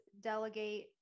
delegate